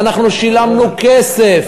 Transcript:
ואנחנו שילמנו כסף.